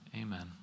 Amen